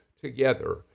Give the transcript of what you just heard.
together